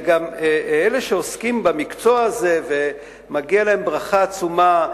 וגם אלה שעוסקים במקצוע הזה ומגיעה להם ברכה עצומה,